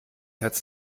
herz